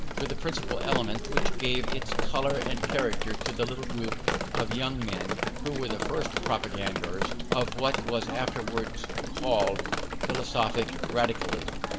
were the principal element which gave its colour and character to the little group of young men who were the first propagators of what was afterwards called philosophic radicalism.